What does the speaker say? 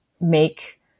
make